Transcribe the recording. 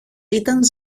ήταν